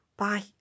Bye